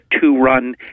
two-run